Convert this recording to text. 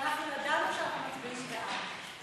ואנחנו ידענו שאנחנו מצביעים בעד.